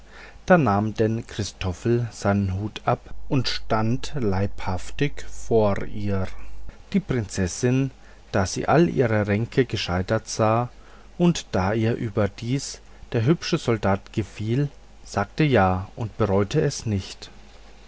da nahm denn christoffel seinen hut ab und stand leibhaftig vor ihr die prinzessin da sie alle ihre ränke gescheitert sah und da ihr überdies der hübsche soldat gefiel sagte ja und bereute es nicht